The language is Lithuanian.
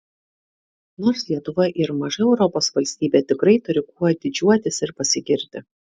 nors lietuva ir maža europos valstybė tikrai turi kuo didžiuotis ir pasigirti